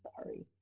Sorry